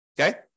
Okay